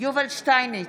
יובל שטייניץ,